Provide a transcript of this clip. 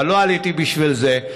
אבל לא עליתי בשביל זה.